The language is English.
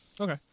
Okay